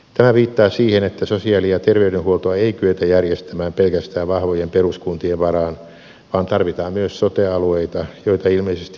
tämä viittaa siihen että sosiaali ja terveydenhuoltoa ei kyetä järjestämään pelkästään vahvojen peruskuntien varaan vaan tarvitaan myös sote alueita joita ilmeisesti hallinnoisivat joko vastuukunnat tai kuntayhtymät